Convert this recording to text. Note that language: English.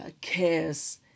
cares